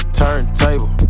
turntable